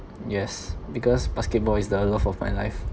yes because basketball is the love of my life